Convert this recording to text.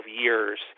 years